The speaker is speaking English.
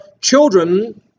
children